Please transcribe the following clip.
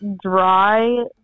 dry